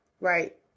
right